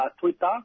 Twitter